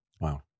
wow